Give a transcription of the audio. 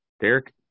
Derek